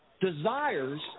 desires